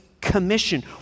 commission